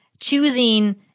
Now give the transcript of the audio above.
choosing